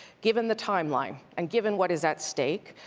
given the timeline, and given what is at stake,